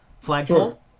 Flagpole